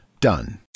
Done